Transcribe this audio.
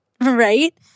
right